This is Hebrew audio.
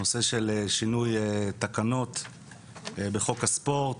שינוי תקנות בחוק הספורט,